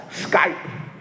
Skype